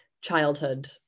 childhood